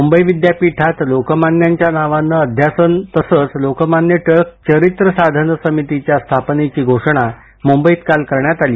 मुंबई विद्यापीठात लोकमान्यांच्या नावानं अध्यासन तसंच लोकमान्य टिळक चरित्र साधनं समितीच्या स्थापनेची घोषणा मुंबईत काल करण्यात आली